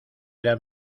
era